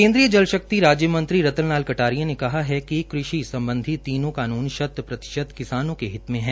केन्द्रीय जलशक्ति राज्य मंत्री रतन लाल कटारिया ने कहा है कि कृषि सम्बधी तीनों कानून शत प्रतिशत किसानों के हित में है